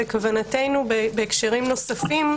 בכוונתנו בהקשרים נוספים,